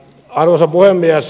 arvoisa puhemies